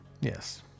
yes